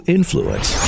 Influence